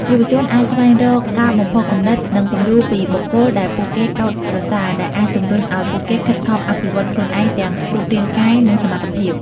យុវជនអាចស្វែងរកការបំផុសគំនិត និងគំរូពីបុគ្គលដែលពួកគេកោតសរសើរ ដែលអាចជំរុញឲ្យពួកគេខិតខំអភិវឌ្ឍខ្លួនឯងទាំងរូបរាងកាយ និងសមត្ថភាព។